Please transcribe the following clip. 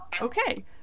okay